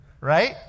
right